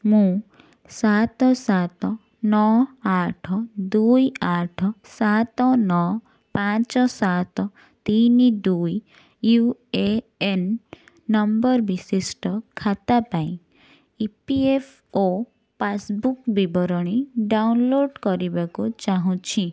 ମୁଁ ସାତ ସାତ ନଅ ଆଠ ଦୁଇ ଆଠ ସାତ ନଅ ପାଞ୍ଚ ସାତ ତିନି ଦୁଇ ୟୁ ଏ ଏନ୍ ନମ୍ବର ବିଶିଷ୍ଟ ଖାତା ପାଇଁ ଇ ପି ଏଫ୍ ଓ ପାସ୍ବୁକ୍ ବିବରଣୀ ଡାଉନଲୋଡ଼୍ କରିବାକୁ ଚାହୁଁଛି